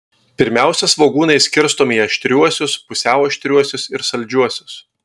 pirmiausia svogūnai skirstomi į aštriuosius pusiau aštriuosius ir saldžiuosius